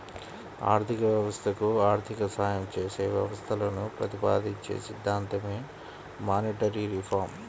ఆర్థిక వ్యవస్థకు ఆర్థిక సాయం చేసే వ్యవస్థలను ప్రతిపాదించే సిద్ధాంతమే మానిటరీ రిఫార్మ్